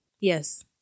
Yes